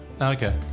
Okay